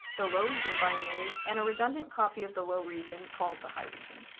the low region binary, and a redundant copy of the low region called the high region.